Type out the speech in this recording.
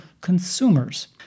consumers